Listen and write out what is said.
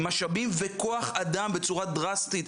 משאבים וכוח אדם בצורה דרסטית,